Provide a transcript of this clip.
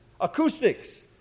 Acoustics